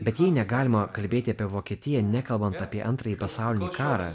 bet jei negalima kalbėti apie vokietiją nekalbant apie antrąjį pasaulinį karą